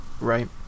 Right